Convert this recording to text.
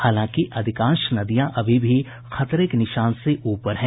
हालांकि अधिकांश नदियां अभी भी खतरे के निशान से ऊपर हैं